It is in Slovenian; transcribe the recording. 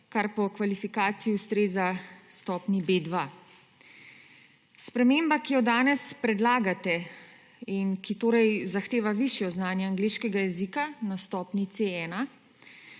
kar po kvalifikaciji ustreza stopnji B2. Sprememba, ki jo danes predlagate in ki torej zahteva višje znanje angleškega jezika na stopnji C1,